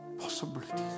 possibilities